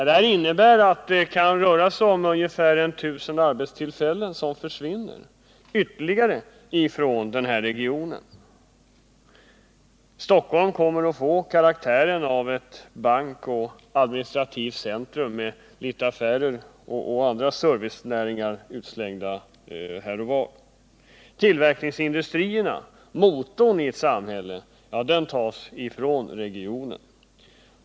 Detta innebär att ungefär 1 000 arbetstillfällen ytterligare försvinner ifrån den här regionen. Stockholm kommer att få karaktären av ett bankoch administrationscentrum med litet affärer och andra servicenäringar utslängda här och var. Tillverkningsindustrierna — motorn i ett samhälle — tas ifrån regionen.